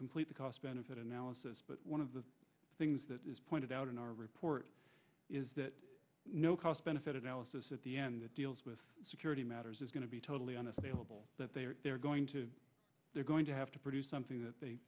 complete the cost benefit analysis but one of the things that is pointed out in our report is that no cost benefit analysis at the end that deals with security matters is going to be totally honest that they are going to they're going to have to produce something that they